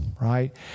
right